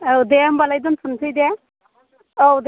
औ दे होमब्लालाय दोनथ'न्सै दे औ